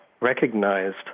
recognized